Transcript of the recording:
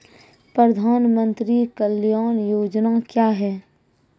प्रधानमंत्री कल्याण योजना क्या हैं?